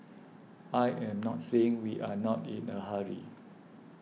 I am not saying we are not in a hurry